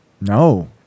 No